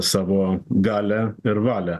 savo galią ir valią